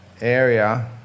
area